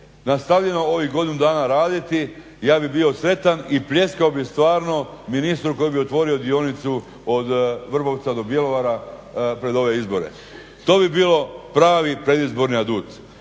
nastavljeno ovih godinu dana raditi ja bih bio sretan i pljeskao bih stvarno ministru koji bi otvorio dionicu od Vrbovca do Bjelovara pred ove izbore. To bi bilo pravi predizborni adut.